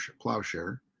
plowshare